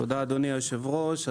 תודה אדוני יושב הראש,